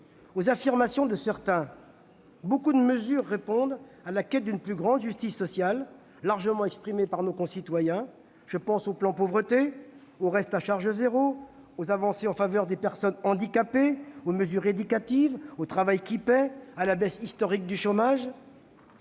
aux affirmations de certains, beaucoup de mesures répondent à la demande d'une plus grande justice sociale, largement exprimée par nos concitoyens : je pense au plan Pauvreté, au reste à charge zéro, aux avancées en faveur des personnes handicapées, aux mesures éducatives, au travail qui paie, à la baisse historique du chômage